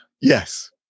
yes